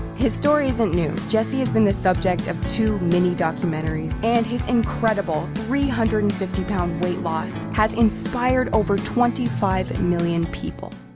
his story isn't new. jesse has been the subject of too mini documentaries, and his incredible three hundred and fifty pound weight loss has inspired over twenty five million people.